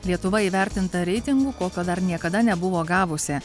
lietuva įvertinta reitingu kokio dar niekada nebuvo gavusi